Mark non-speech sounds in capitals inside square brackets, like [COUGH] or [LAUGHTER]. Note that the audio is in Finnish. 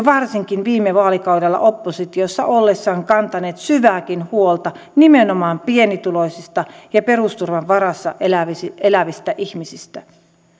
[UNINTELLIGIBLE] varsinkin viime vaalikaudella oppositiossa ollessaan kantaneet syvääkin huolta nimenomaan pienituloisista ja perusturvan varassa elävistä elävistä ihmisistä